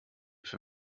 für